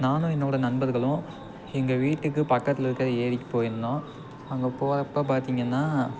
நானும் என்னோடய நண்பர்களும் எங்கள் வீட்டுக்குப் பக்கத்தில் இருக்கிற ஏரிக்குப் போயிருந்தோம் அங்கே போகிறப்ப பார்த்தீங்கன்னா